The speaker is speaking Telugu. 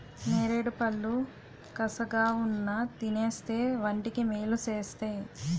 నేరేడుపళ్ళు కసగావున్నా తినేస్తే వంటికి మేలు సేస్తేయ్